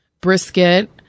brisket